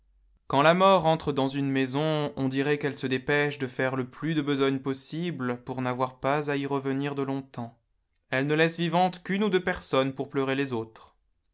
quand la mort entre dans une maison on dirait qu'elle se dépèche de faire le plus de besogne possible pour n'avoir pas à y revenir de longtemps elle ne laisse vivantes qu'une ou deux personnes pour pleurer les autres